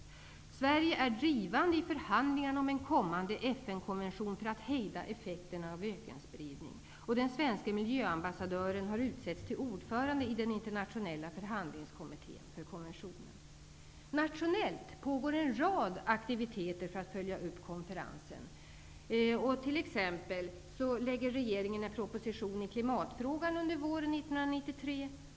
Sverige är drivande i förhandlingarna om en kommande FN konvention för att hejda effekterna av ökenspridning. Den svenske miljöambassadören har utsetts till ordförande i den internationella förhandlingskommittén för konventionen. Nationellt pågår en rad aktiviteter för att följa upp konferensen. Så t.ex. lägger regeringen fram en proposition i klimatfrågan under våren 1993.